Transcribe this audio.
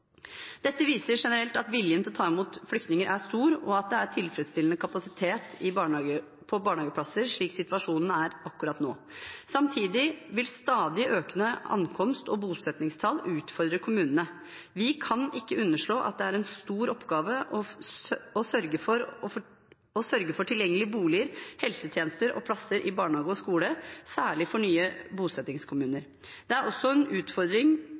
Dette viser at viljen til å ta imot flyktninger generelt er stor, og at det er tilfredsstillende kapasitet når det gjelder barnehageplasser, slik situasjonen er akkurat nå. Samtidig vil stadig økende ankomst- og bosettingstall utfordre kommunene. Vi kan ikke underslå at det er en stor oppgave å sørge for tilgjengelige boliger, helsetjenester og plasser i barnehage og skole, særlig for nye bosettingskommuner. Det er også en utfordring